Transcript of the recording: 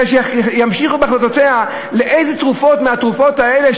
אלא היא תמשיך לקבל את החלטותיה איזה תרופות מהתרופות האלה,